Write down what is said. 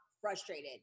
frustrated